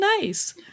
nice